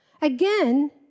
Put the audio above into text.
again